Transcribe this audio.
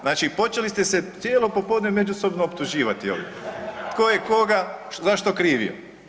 Znači počeli ste se cijelo popodne međusobno optuživati ovdje tko je koga za što krivio.